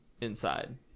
inside